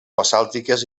basàltiques